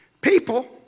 People